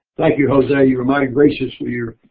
thank you jose. you were mighty gracious with your